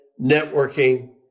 networking